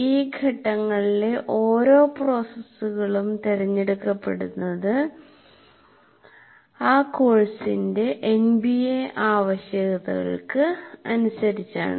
ഈ ഘട്ടങ്ങളിലെ ഓരോ ഉപ പ്രോസസ്സുകളും തിരഞ്ഞെടുക്കപ്പെടുന്നത് എ കോഴ്സിന്റെ എൻബിഎ ആവശ്യകതകൾക്ക് അനുസരിച്ചാണ്